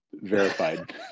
Verified